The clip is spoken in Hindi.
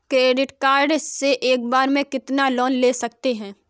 क्रेडिट कार्ड से एक बार में कितना लोन ले सकते हैं?